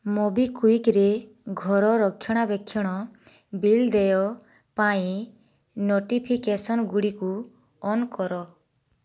ମୋବିକ୍ଵିକ୍ରେ ଘର ରକ୍ଷଣାବେକ୍ଷଣ ବିଲ୍ ଦେୟ ପାଇଁ ନୋଟିଫିକେସନ୍ ଗୁଡ଼ିକୁ ଅନ୍ କର